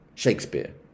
Shakespeare